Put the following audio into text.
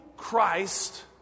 Christ